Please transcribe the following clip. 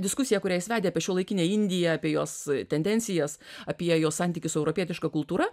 diskusija kurią jis vedė apie šiuolaikinę indiją apie jos tendencijas apie jos santykius su europietiška kultūra